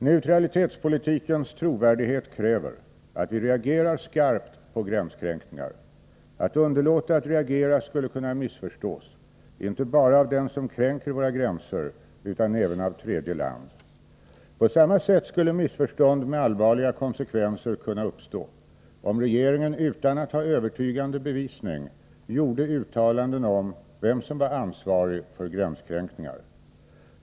Neutralitetspolitikens trovärdighet kräver att vi reagerar skarpt på gränskränkningar. Att underlåta att reagera skulle kunna missförstås, inte bara av den som kränker våra gränser utan även av tredje land. På samma sätt skulle missförstånd med allvarliga konsekvenser kunna uppstå om regeringen utan att ha övertygande bevisning gjorde uttalanden om vem som var ansvarig för gränskränkningar.